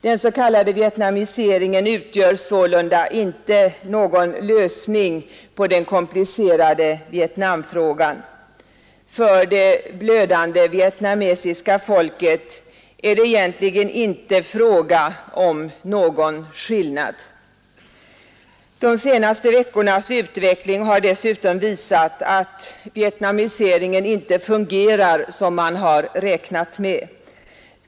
Den s.k. vietnamiseringen utgör sålunda inte någon lösning på den komplicerade Vietnamfrågan. För det blödande vietnamesiska folket är det egentligen inte fråga om någon skillnad. De senaste veckornas utveckling har dessutom visat att vietnamiseringen inte fungerar som man räknat med.